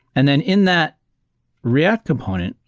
and then in that react component,